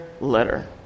letter